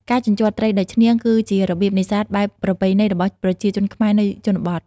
ការជញ្ជាត់ត្រីដោយឈ្នាង គឺជារបៀបនេសាទបែបប្រពៃណីរបស់ប្រជាជនខ្មែរនៅជនបទ។